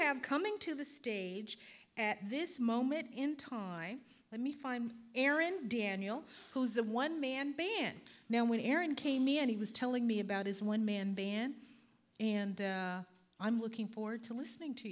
have coming to the stage at this moment in time let me find aaron daniel who's a one man band now when aaron came me and he was telling me about his one man band and i'm looking forward to listening to